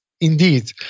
indeed